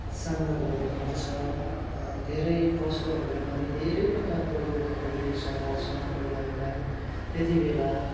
सामना गर्नुपर्छ धेरै पशुहरूलाई पनि धेरै प्रकारको रोगहरूले सताउँछ उनीहरूलाई त्यति बेला